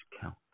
count